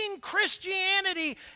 Christianity